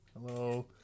Hello